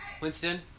Winston